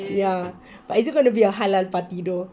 ya but it's just going to be a halal party though